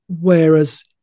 Whereas